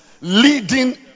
leading